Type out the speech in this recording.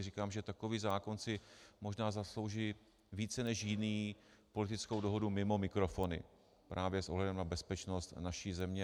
Říkám si, že takový zákon si možná zaslouží více než jiný politickou dohodu mimo mikrofony právě s ohledem na bezpečnost naší země.